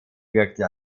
wirkte